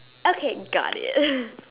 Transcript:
okay got it